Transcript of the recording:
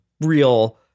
real